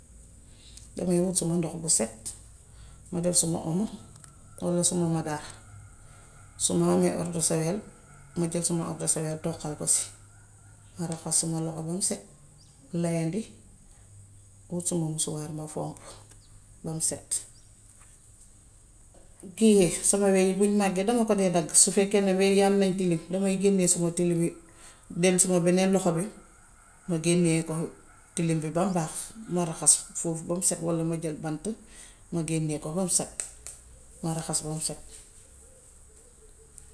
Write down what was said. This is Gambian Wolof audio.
Damay hut sama ndox bu set, ma def suma omo walla suma madaar. Su ma amee ordusawel, ma def suma ordusawel toqal ko si. Raxas sama loxo bam set. layandi, hut sama musuwaar ma fomp bam set. Bu kii yee, sama we yi buñ màggee dama ko dee dagg. Su fekkee wee yi am nan tiilim, damay génne sama tilim yi, dem sama beneen loxo bi, mùa génnee ko tilim bi bam baax ma raxas ko foofu bam set walla ma jël bant, ma génnee ko bam set, ma raxas bam set.